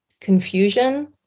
confusion